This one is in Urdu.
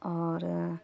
اور